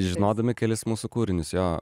žinodami kelis mūsų kūrinius jo